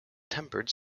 tempered